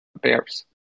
bears